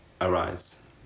arise